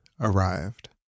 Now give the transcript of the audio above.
arrived